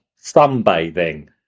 sunbathing